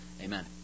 Amen